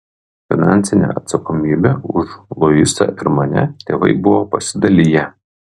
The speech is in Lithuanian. finansinę atsakomybę už luisą ir mane tėvai buvo pasidaliję